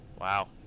Wow